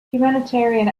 humanitarian